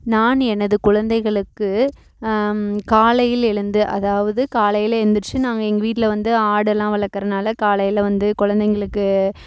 நான் எனது குழந்தைகளுக்கு காலையில் எழுந்து அதாவது காலையில் எழுந்துருச்சு நாங்கள் எங்கள் வீட்டில் வந்து ஆடு எல்லாம் வளர்க்குறனால காலையில் வந்து குழந்தைங்களுக்கு